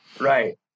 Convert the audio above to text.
Right